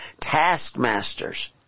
taskmasters